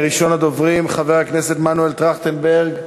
ראשון הדוברים, חבר הכנסת מנואל טרכטנברג,